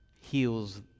heals